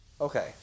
Okay